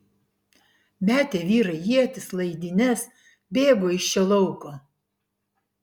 metė vyrai ietis laidynes bėgo iš šio lauko